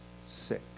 sick